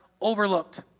overlooked